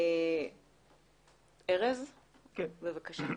ארז, בבקשה.